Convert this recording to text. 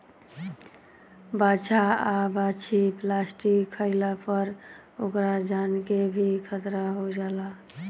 बाछा आ बाछी प्लास्टिक खाइला पर ओकरा जान के भी खतरा हो जाला